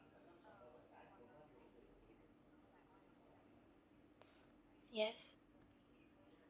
yes